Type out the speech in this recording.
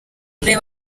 reba